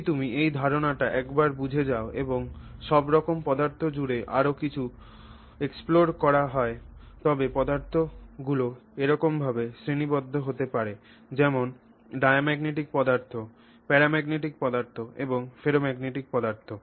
যদি তুমি এই ধারণাটি একবার বুঝে যাও এবং সব রকম পদার্থ জুড়ে আরও কিছু অন্বেষণ করা হয় তবে পদার্থগুলি এরকম ভাবে শ্রেণিবদ্ধ হতে পারে যেমন ডায়াম্যাগনেটিক পদার্থ প্যারাম্যাগনেটিক পদার্থ এবং ফেরোম্যাগনেটিক পদার্থ